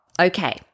Okay